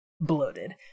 bloated